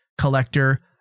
collector